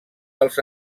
dels